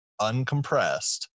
uncompressed –